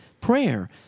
prayer